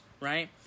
right